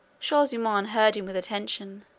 shaw-zummaun heard him with attention